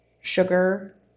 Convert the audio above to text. sugar